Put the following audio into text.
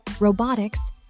robotics